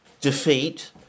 defeat